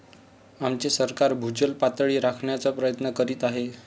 आमचे सरकार भूजल पातळी राखण्याचा प्रयत्न करीत आहे